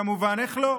כמובן, איך לא.